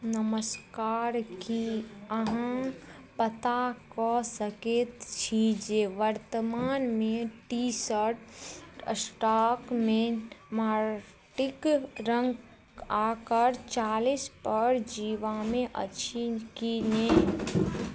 नमस्कार कि अहाँ पता कऽ सकै छी जे वर्तमानमे टीशर्ट स्टॉकमे माटिके रङ्ग आओर आकार चालीसपर जीवामे अछि कि नहि